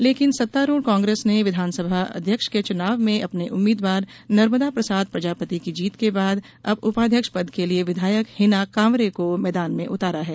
लेकिन सत्तारूढ़ कांग्रेस ने विधानसभा अध्यक्ष के चुनाव में अपने उम्मीदवार नर्मदा प्रसाद प्रजापति की जीत के बाद अब उपाध्यक्ष पद के लिए विधायक हिना कांवरे को मैदान में उतारा है